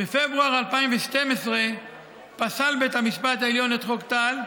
בפברואר 2012 פסל בית המשפט העליון את חוק טל,